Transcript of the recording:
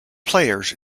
players